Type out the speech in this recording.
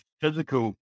physical